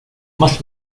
más